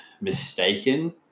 mistaken